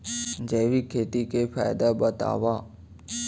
जैविक खेती के फायदा बतावा?